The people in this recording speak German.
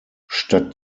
statt